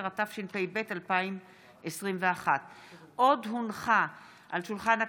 10), התשפ"ב 2021. עוד הונחה על שולחן הכנסת,